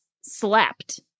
slept